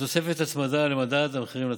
בתוספת הצמדה למדד המחירים לצרכן.